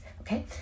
okay